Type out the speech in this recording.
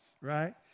right